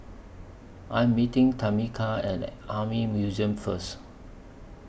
I Am meeting Tamica At Army Museum First